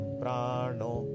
prano